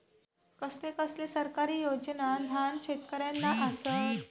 कसले कसले सरकारी योजना न्हान शेतकऱ्यांना आसत?